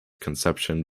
conception